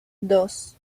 dos